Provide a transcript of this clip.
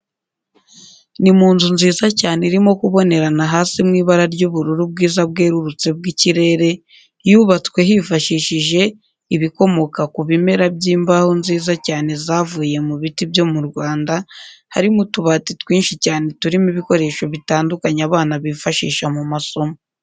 Ni mu nzu nziza cyane irimo kubonerana hasi mu ibara ry'ubururu bwiza bwerurutse bw'ikirere, yubatswe hifashishije ibikomoka ku bimera by'imbaho nziza cyane zavuye mu biyi byo mu Rwanda, harimo utubati twinshi cyane turimo ibikoresho bitandukanye abana bifashisha mu masomo.